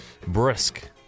brisk